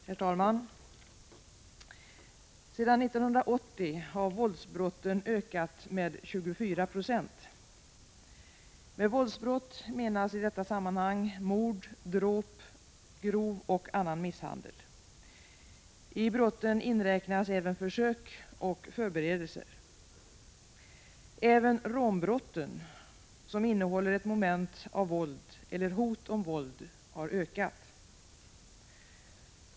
Herr talman! Sedan 1980 har våldsbrotten ökat med 24 96. Med våldsbrott menas i detta sammanhang mord, dråp samt grov och annan misshandel. Till brotten räknas även försök och förberedelser. Även rånbrotten, som innehåller ett moment av våld eller hot om våld, har ökat.